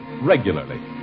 regularly